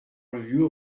review